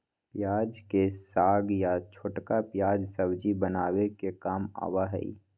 प्याज के साग या छोटका प्याज सब्जी बनावे के काम आवा हई